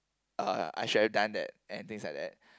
uh I should have done that and things like that